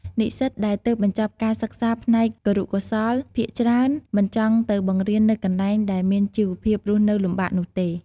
និស្សិតដែលទើបបញ្ចប់ការសិក្សាផ្នែកគរុកោសល្យភាគច្រើន មិនចង់ទៅបង្រៀននៅកន្លែងដែលមានជីវភាពរស់នៅលំបាកនោះទេ។